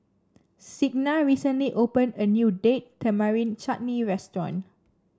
Signa recently opened a new Date Tamarind Chutney Restaurant